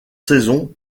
saison